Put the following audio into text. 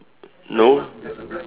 no